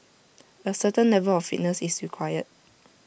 A certain level of fitness is required